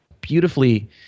beautifully